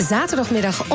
Zaterdagmiddag